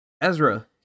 Ezra